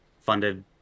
funded